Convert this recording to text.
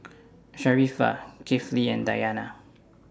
Sharifah Kifli and Dayana